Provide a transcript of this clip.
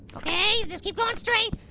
okay, just keep goin' straight.